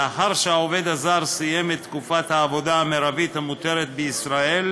לאחר שהעובד הזר סיים את תקופת העבודה המרבית המותרת בישראל,